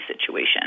situation